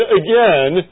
again